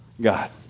God